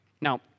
Now